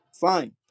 fine